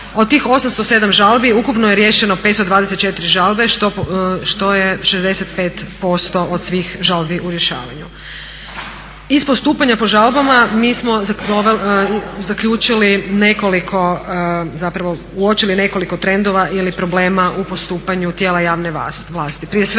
Od tih 807 žalbi ukupno je riješeno 524 žalbe što je 65% od svih žalbi u rješavanju. Iz postupanja po žalbama mi smo uočili nekoliko trendova ili problema u postupanju tijela javne vlasti.